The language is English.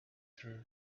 through